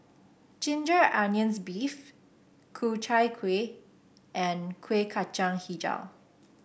Ginger Onions beef Ku Chai Kuih and Kueh Kacang hijau